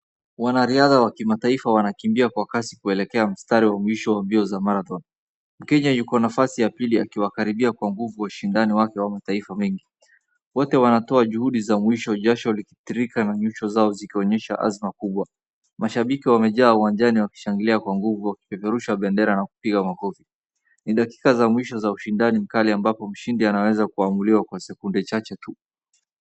Wanariadha wa kimataifa wanakimbia kwa kasi kuelekea mstari wa mwisho wa mbio za Marathon. Mkenya yuko nafasi ya pili akiwakaribia kwa nguvu washindani wake wa mataifa mengi. Wote wanatoa juhudi za mwisho jasho likitiririka na nyuso zao zikionyesha azma kubwa. Mashabiki wamejaa uwanjani wakishangilia kwa nguvu wakipeperusha bendera na kupiga makofi. Ni dakika za mwisho za hshindani mkali amabapo mshindi anaweza kuamuliwa kwa sekunde chache tu.